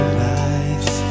life